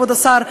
כבוד השר,